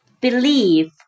Believe